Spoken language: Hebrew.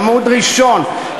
עמוד ראשון,